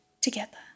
together